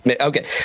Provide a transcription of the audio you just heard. okay